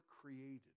created